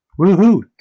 Woohoo